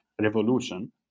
revolution